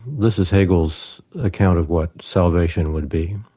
this is hegel's account of what salvation would be.